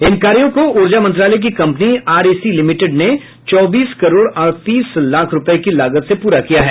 इन कार्यों को ऊर्जा मंत्रालय की कम्पनी आरईसी लिमिटेड ने चौबीस करोड़ अड़तीस लाख रूपये की लागत से पूरा किया है